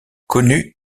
connut